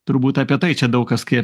turbūt apie tai čia daug kas kai